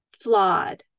flawed